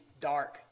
dark